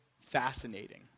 fascinating